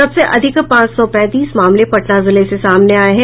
सबसे अधिक पांच सौ पैंतीस मामले पटना जिले से सामने आये हैं